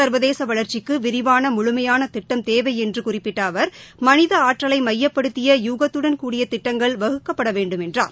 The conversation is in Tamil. சா்வதேச வளர்ச்சிக்கு விரிவான முழுமையான திட்டம் தேவை என்று குறிப்பிட்ட அவர் மனித ஆற்றலை மையப்படுத்திய யூகத்தடன் கூடிய திட்டங்கள் வகுக்கப்பட வேண்டும் என்றார்